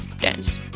dance